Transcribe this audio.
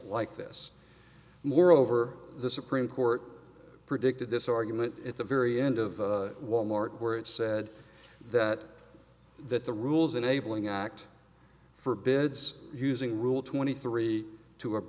like this moreover the supreme court predicted this argument at the very end of wal mart where it said that that the rules enabling act for beds using rule twenty three to